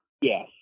Yes